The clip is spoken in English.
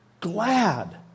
glad